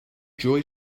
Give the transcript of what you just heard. joy